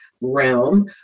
realm